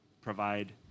provide